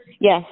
Yes